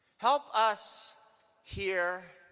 help us hear